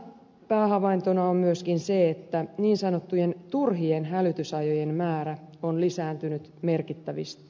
päähavaintona on myöskin se että niin sanottujen turhien hälytysajojen määrä on lisääntynyt merkittävästi